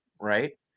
right